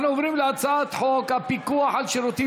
אנחנו עוברים להצעת חוק הפיקוח על שירותים